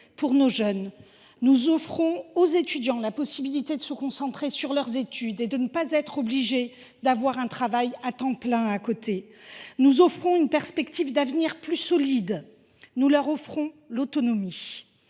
pour nos jeunes ; nous offrons aux étudiants la possibilité de se concentrer sur leurs études et de ne pas être obligés d’exercer un travail à temps plein en parallèle. Nous leur offrons une perspective plus solide : nous leur offrons l’autonomie.